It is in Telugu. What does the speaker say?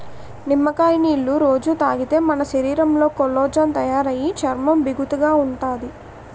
నిమ్మకాయ నీళ్ళు రొజూ తాగితే మన శరీరంలో కొల్లాజెన్ తయారయి చర్మం బిగుతుగా ఉంతాది